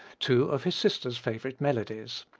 two of his sister's favorite melodies.